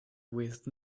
with